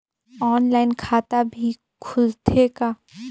Online खाता भी खुलथे का?